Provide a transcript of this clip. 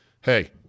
Hey